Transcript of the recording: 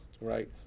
right